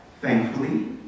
Thankfully